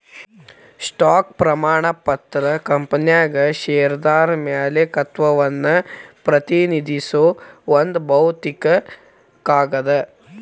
stock ಪ್ರಮಾಣ ಪತ್ರ ಕಂಪನ್ಯಾಗ ಷೇರ್ದಾರ ಮಾಲೇಕತ್ವವನ್ನ ಪ್ರತಿನಿಧಿಸೋ ಒಂದ್ ಭೌತಿಕ ಕಾಗದ